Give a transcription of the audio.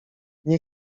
nie